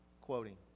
Quoting